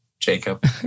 Jacob